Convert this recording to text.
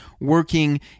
working